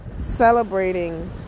celebrating